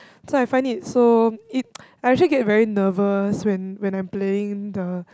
so I find it so it I actually get very nervous when when I'm playing the